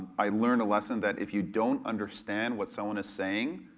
i learned a lesson that if you don't understand what someone is saying,